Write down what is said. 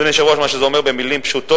אדוני היושב-ראש, מה שזה אומר במלים פשוטות,